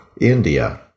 india